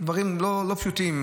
דברים לא פשוטים,